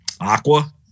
Aqua